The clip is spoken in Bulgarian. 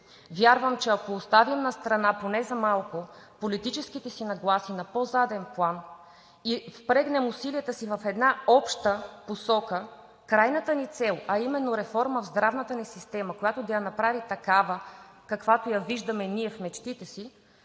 Вярвам, че ако оставим настрана поне за малко политическите си нагласи на по-заден план и впрегнем усилията си в една обща посока, крайната ни цел – а именно реформа в здравната ни система, която да я направи такава, каквато я виждаме ние в мечтите си,